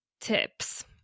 tips